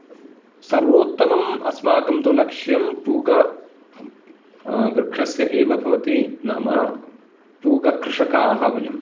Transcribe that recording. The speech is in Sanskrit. सर्वोत्तमम् अस्माकं तु लक्ष्यं पूग वृक्षस्य एव भवति नाम पूगकृषकाः वयं